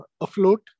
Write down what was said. afloat